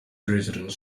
residents